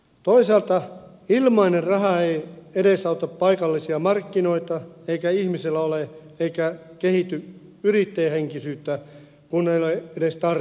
toisaalta ilmainen raha ei edesauta paikallisia markkinoita eikä ihmisellä ole eikä kehity yrittäjähenkisyyttä kun ei ole edes tarvetta siihen